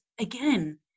again